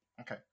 Okay